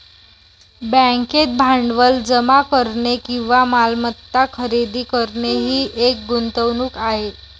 बँकेत भांडवल जमा करणे किंवा मालमत्ता खरेदी करणे ही एक गुंतवणूक आहे